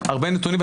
הרבה נתונים,